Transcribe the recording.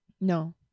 No